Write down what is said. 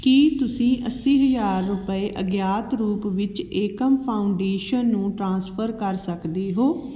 ਕੀ ਤੁਸੀਂਂ ਅੱਸੀ ਹਜ਼ਾਰ ਰੁਪਏ ਅਗਿਆਤ ਰੂਪ ਵਿੱਚ ਏਕਮ ਫਾਊਂਡੇਸ਼ਨ ਨੂੰ ਟ੍ਰਾਂਸਫਰ ਕਰ ਸਕਦੇ ਹੋ